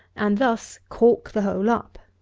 and thus cork the hole up.